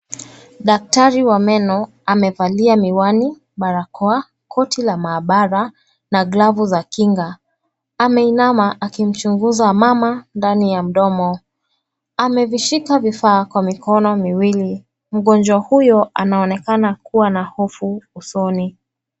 Daktari wa meno amevalia miwani, barakoa, koti la mahabara na glavu za kinga. Ameinama akimchunguza mama ndani ya mdomo. Amevishika vifaa kwa mikono miwili. Mgonjwa huyo anaonekana kuwa na hofu usoni.